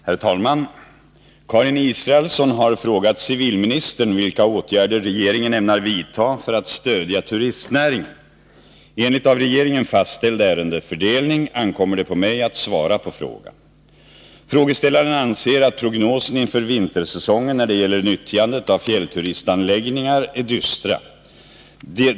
Herr talman! Karin Israelsson har frågat civilministern vilka åtgärder regeringen ämnar vidta för att stödja turistnäringen. Enligt av regeringen fastställd ärendefördelning ankommer det på mig att svara på frågan. Frågeställaren anser att prognosen inför vintersäsongen när det gäller nyttjandet av fjällturistanläggningarna är dystra.